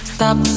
Stop